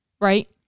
right